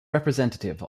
representative